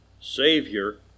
Savior